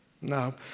No